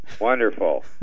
wonderful